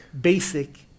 basic